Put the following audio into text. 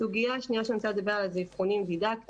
הסוגיה השנייה שאני רוצה לדבר עליה זה אבחונים דידקטיים.